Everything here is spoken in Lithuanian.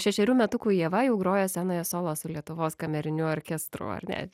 šešerių metukų ieva jau grojo scenoje solo su lietuvos kameriniu orkestru ar ne